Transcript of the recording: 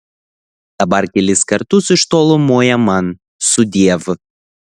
dabar kelis kartus iš tolo moja man sudiev